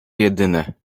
jedyne